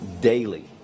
daily